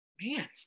Man